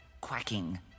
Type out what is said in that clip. quacking